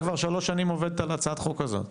הממשלה כבר שלוש שנים עובדת על הצעת החוק הזאת.